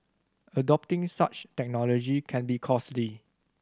adopting such technology can be costly